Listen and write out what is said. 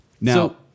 now